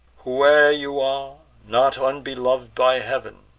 whoe'er you are not unbelov'd by heav'n,